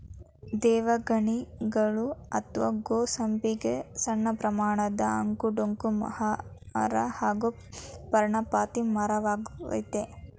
ದೇವಗಣಿಗಲು ಅತ್ವ ಗೋ ಸಂಪಿಗೆ ಸಣ್ಣಪ್ರಮಾಣದ ಅಂಕು ಡೊಂಕು ಮರ ಹಾಗೂ ಪರ್ಣಪಾತಿ ಮರವಾಗಯ್ತೆ